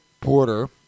porter